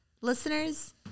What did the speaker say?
listeners